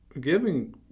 giving